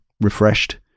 refreshed